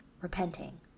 repenting